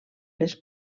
les